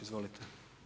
Izvolite.